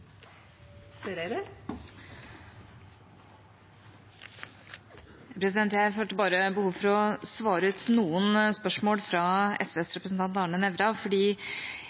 Jeg følte bare behov for å svare ut noen spørsmål fra SVs representant Arne Nævra,